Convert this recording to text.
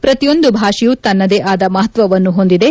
ಪ್ರತಿಯೊಂದು ಭಾಷೆಯೂ ತನ್ನದೇ ಆದ ಮಹತ್ವನ್ನು ಹೊಂದಿದೆ